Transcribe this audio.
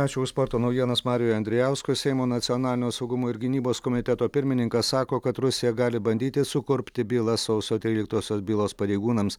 ačiū už sporto naujienas mariui andrijauskui seimo nacionalinio saugumo ir gynybos komiteto pirmininkas sako kad rusija gali bandyti sukurpti bylą sausio tryliktosios bylos pareigūnams